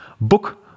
book